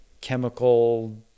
chemical